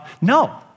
No